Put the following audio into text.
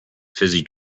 fizzy